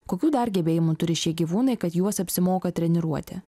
kokių dar gebėjimų turi šie gyvūnai kad juos apsimoka treniruoti